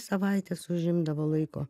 savaites užimdavo laiko